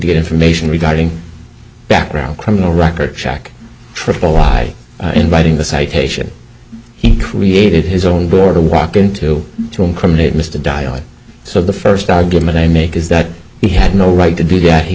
get information regarding background criminal record check triple by inviting the citation he created his own border walk into to incriminate mr diallo so the first argument i make is that he had no right to do that he